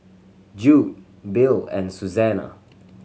Jude Bill and Susana